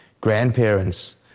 grandparents